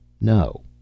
No